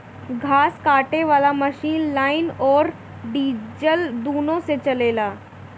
घास काटे वाला मशीन लाइन अउर डीजल दुनों से चलेला